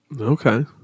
Okay